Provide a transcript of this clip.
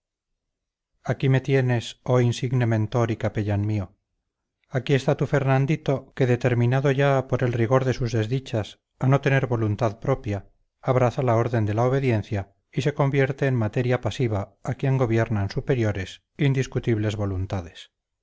aquí me tienes oh insigne mentor y capellán mío aquí está tu fernandito que determinado ya por el rigor de sus desdichas a no tener voluntad propia abraza la orden de la obediencia y se convierte en materia pasiva a quien gobiernan superiores indiscutibles voluntades